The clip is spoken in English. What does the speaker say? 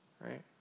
right